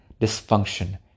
dysfunction